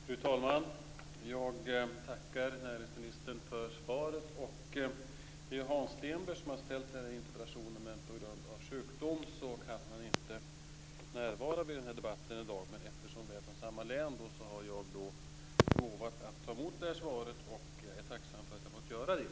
Fru talman! Jag tackar näringsministern för svaret. Det är Hans Stenberg som har ställt interpellationen, men han kan på grund av sjukdom inte närvara vid debatten i dag. Jag kommer från samma län och har lovat att ta emot svaret, och jag är tacksam för att jag får göra det.